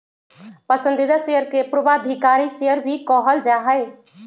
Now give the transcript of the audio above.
पसंदीदा शेयर के पूर्वाधिकारी शेयर भी कहल जा हई